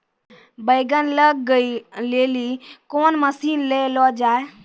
बैंगन लग गई रैली कौन मसीन ले लो जाए?